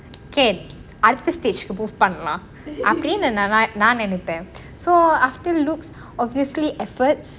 can அடுத்த:adutha stage கு:ku move பண்ணலாம் அப்படினு நான் நினைப்பேன்:pannalaam appadinnu naan ninappaen so after looks obviously effort